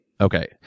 Okay